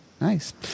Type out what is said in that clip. Nice